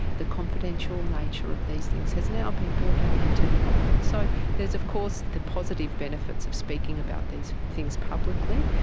the confidential nature of these things has now been brought out into the open, so there is of course the positive benefits of speaking about these things publicly,